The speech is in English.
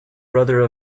brother